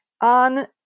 on